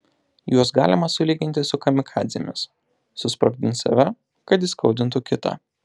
juos galima sulyginti su kamikadzėmis susprogdins save kad įskaudintų kitą